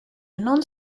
non